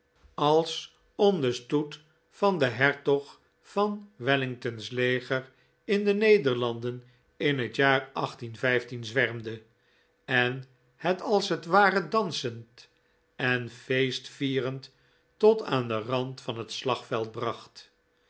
als om den stoet van den hertog van wellington's leger in de nederlanden in het jaar zwermde en het als het ware dansend en feestvierend tot aan den rand van het slagveld bracht